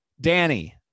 Danny